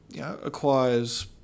acquires